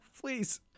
please